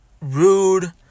rude